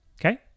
Okay